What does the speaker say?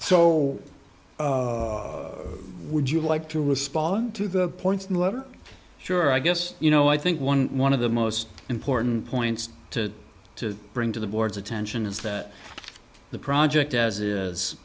so would you like to respond to the points in the letter sure i guess you know i think one one of the most important points to to bring to the boards attention is that the project as i